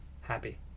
happy